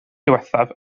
diwethaf